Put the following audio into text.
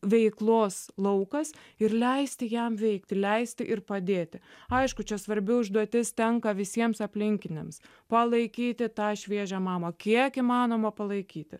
veiklos laukas ir leisti jam veikti leisti ir padėti aišku čia svarbi užduotis tenka visiems aplinkiniams palaikyti tą šviežią mamą kiek įmanoma palaikyti